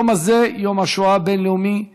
היום הזה, יום השואה הבין-לאומי,